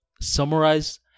summarize